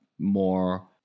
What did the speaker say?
more